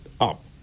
up